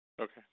Okay